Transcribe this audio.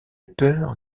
peur